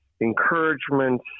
encouragement